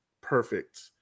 perfect